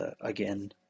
again